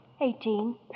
Eighteen